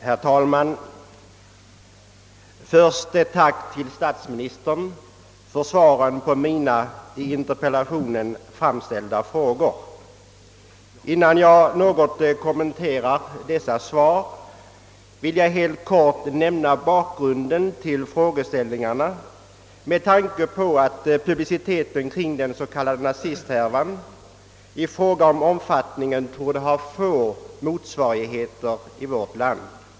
Herr talman! Först ett tack till statsministern för svaren på mina i interpellationen framställda frågor. Innan jag något kommenterar statsministerns svar vill jag helt kort nämna bakgrunden till frågeställningarna, med tanke på att publiciteten kring den s.k. nazisthärvan till omfattningen torde ha få motsvarigheter i vårt land.